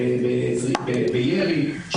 בירי,